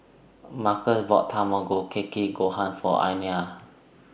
Markus bought Tamago Kake Gohan For Ayanna